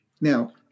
now